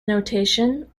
notation